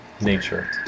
nature